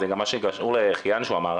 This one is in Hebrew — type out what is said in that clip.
זה גם מה שקשור לחייאן שהוא אמר.